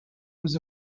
was